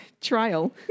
trial